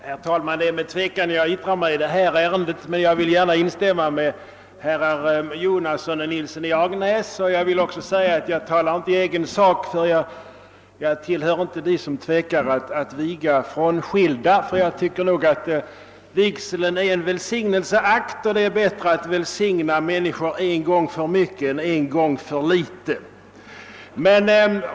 Herr talman! Det är med tvekan som jag yttrar mig i den här debatten, men jag ville så gärna instämma med herr Jonasson och herr Nilsson i Agnäs. Jag talar inte i egen sak, ty jag tillhör inte dem som tvekar att viga frånskilda — vigseln är ju en välsignelseakt, och jag anser det bättre att välsigna människor en gång för mycket än en gång för litet.